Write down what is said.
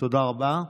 תודה רבה.